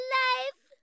life